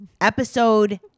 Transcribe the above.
episode